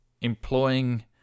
employing